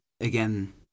again